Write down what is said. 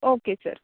okay sir